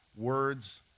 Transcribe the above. words